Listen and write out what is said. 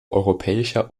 europäischer